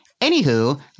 Anywho